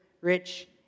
rich